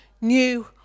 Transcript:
new